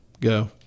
go